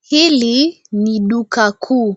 Hili ni duka kuu.